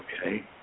Okay